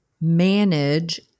manage